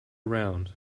around